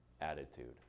attitude